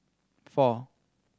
four